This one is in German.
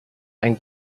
ein